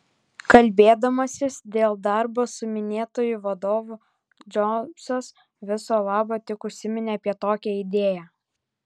kalbėdamasis dėl darbo su minėtuoju vadovu džobsas viso labo tik užsiminė apie tokią idėją